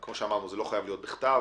ואמרנו, זה לא חייב להיות בכתב.